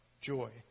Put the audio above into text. joy